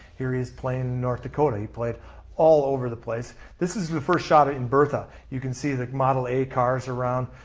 here he is playing in north dakota. he played all over the place. this is the first shot in bertha. you can see the model a cars around.